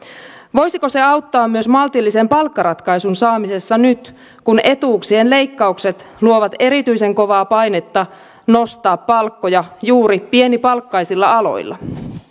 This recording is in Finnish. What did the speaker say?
voisiko se auttaa myös maltillisen palkkaratkaisun saamisessa nyt kun etuuksien leikkaukset luovat erityisen kovaa painetta nostaa palkkoja juuri pienipalkkaisilla aloilla